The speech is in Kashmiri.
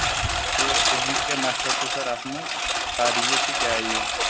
تہٕ تُہُنٛد کیٛاہ مَشورٕ چھُ سَر اَتھ منٛز کَر یِیِو تہٕ کیٛاہ یِیِو